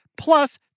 plus